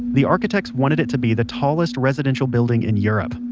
the architects wanted it to be the tallest residential building in europe,